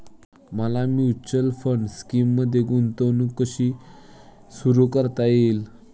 मला mutual fund स्कीममध्ये गुंतवणूक कशी सुरू करता येईल?